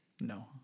No